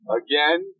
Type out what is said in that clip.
again